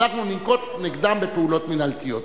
אנחנו ננקוט נגדם פעולות מינהליות.